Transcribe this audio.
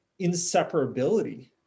inseparability